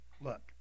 Look